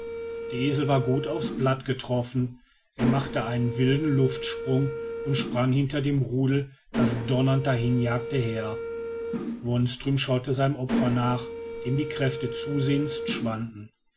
esel war gut auf's blatt getroffen er machte einen wilden luftsprung und sprang hinter dem rudel das donnernd dahin jagte her wonström schaute seinem opfer nach dem die kräfte zusehends schwanden